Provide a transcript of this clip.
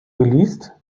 geleast